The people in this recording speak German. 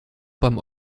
beim